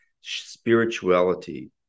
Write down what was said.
spirituality